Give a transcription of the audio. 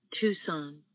Tucson